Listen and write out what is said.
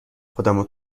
خودمو